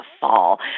fall